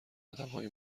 آدمهای